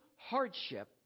hardship